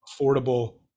affordable